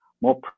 more